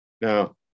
Now